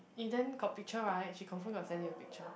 eh then got picture right she confirm got send you the picture